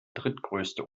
drittgrößte